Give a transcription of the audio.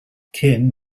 kim